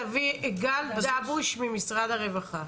גל דבוש ממשרד הרווחה,